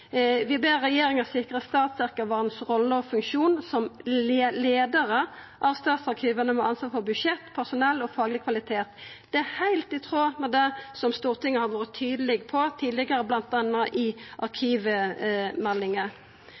Vi ber regjeringa «sikre statsarkivarenes rolle og funksjon som ledere av statsarkivene med ansvar for budsjett, personell og faglig kvalitet». Det er heilt i tråd med det Stortinget har vore tydeleg på tidlegare, bl.a. i